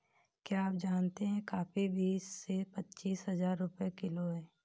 क्या आप जानते है कॉफ़ी बीस से पच्चीस हज़ार रुपए किलो है?